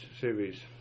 series